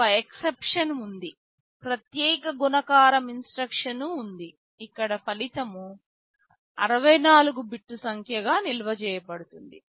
ఒక ఎక్సెప్షన్ ఉంది ప్రత్యేక గుణకారం ఇన్స్ట్రక్షన్ ఉంది ఇక్కడ ఫలితం 64 బిట్ సంఖ్యగా నిల్వ చేయబడుతుంది